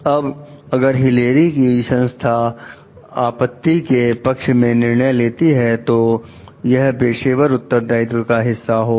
अब अगर हिलेरी की संस्था आपत्ती के पक्ष में निर्णय लेती है तो यह पेशेवर उत्तरदायित्व का हिस्सा होगा